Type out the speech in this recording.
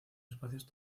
espacios